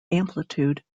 amplitude